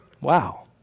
Wow